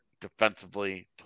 defensively